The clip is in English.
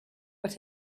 what